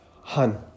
Hun